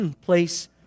place